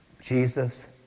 Jesus